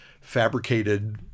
fabricated